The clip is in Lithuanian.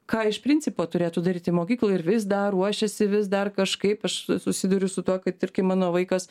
ką iš principo turėtų daryti mokykloj ir vis dar ruošėsi vis dar kažkaip aš susiduriu su tuo kad tarkim mano vaikas